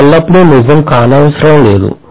ఇది ఎల్లప్పుడూ నిజం కానవసరం లేదు